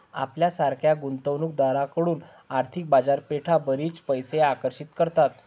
आपल्यासारख्या गुंतवणूक दारांकडून आर्थिक बाजारपेठा बरीच पैसे आकर्षित करतात